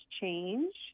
change